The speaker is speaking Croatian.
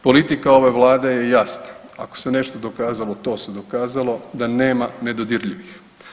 Politika ove Vlade je jasna, ako se nešto dokazalo, to se dokazalo da nema nedodirljivih.